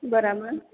બરાબર